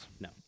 No